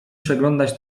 przeglądać